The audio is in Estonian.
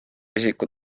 isiku